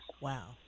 Wow